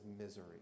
misery